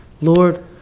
Lord